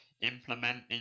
implementing